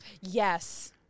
Yes